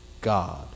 God